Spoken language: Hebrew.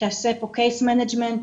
שיעשה פה case management,